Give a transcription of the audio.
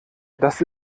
das